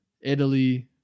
Italy